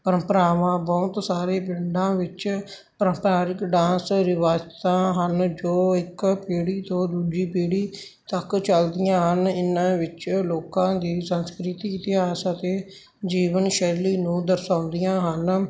ਪਰੰਪਰਾਵਾਂ ਬਹੁਤ ਸਾਰੇ ਪਿੰਡਾਂ ਵਿੱਚ ਪਰੰਪਰਾਇਕ ਡਾਂਸ ਰਵਾਇਤਾਂ ਹਨ ਜੋ ਇੱਕ ਪੀੜ੍ਹੀ ਤੋਂ ਦੂਜੀ ਪੀੜ੍ਹੀ ਤੱਕ ਚਲਦੀਆਂ ਹਨ ਇਹਨਾਂ ਵਿੱਚ ਲੋਕਾਂ ਦੀ ਸੰਸਕ੍ਰਿਤੀ ਇਤਿਹਾਸ ਅਤੇ ਜੀਵਨ ਸ਼ੈਲੀ ਨੂੰ ਦਰਸਾਉਂਦੀਆਂ ਹਨ